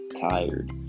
tired